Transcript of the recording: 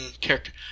character